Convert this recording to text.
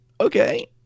okay